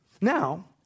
Now